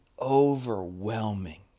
overwhelming